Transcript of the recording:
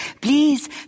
Please